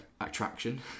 attraction